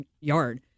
yard